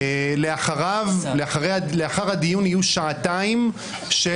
לאחר הדיון יהיו שעתיים של